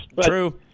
True